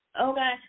Okay